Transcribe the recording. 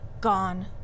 Gone